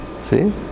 See